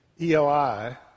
E-L-I